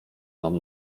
mam